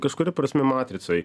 kažkuria prasme matricoj